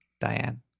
Diane